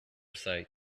sight